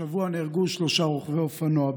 השבוע נהרגו שלושה רוכבי אופנוע.